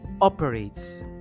operates